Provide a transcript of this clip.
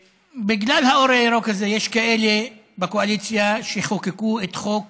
ובגלל האור הירוק הזה יש כאלה בקואליציה שחוקקו את חוק